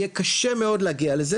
יהיה קשה מאוד להגיע לזה,